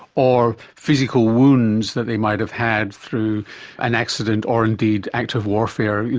or physical wounds that they might have had through an accident or indeed act of warfare, you